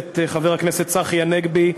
הכנסת צחי הנגבי,